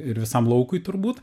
ir visam laukui turbūt